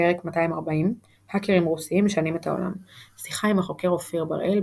פרק 240 האקרים רוסיים משנים את העולם – שיחה עם החוקר אופיר בראל,